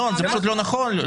זה פשוט לא נכון.